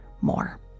more